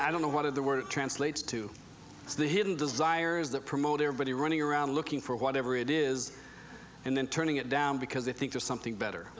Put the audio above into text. i don't know what of the word it translates to it's the hidden desires that promote everybody running around looking for whatever it is and then turning it down because they think there's something better